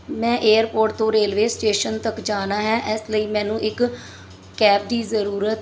ਮੈਂ ਏਅਰਪੋਰਟ ਤੋਂ railway station ਤੱਕ ਜਾਣਾ ਹੈ ਇਸ ਲਈ ਮੈਨੂੰ ਇੱਕ ਕੈਬ ਦੀ ਜ਼ਰੂਰਤ